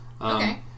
Okay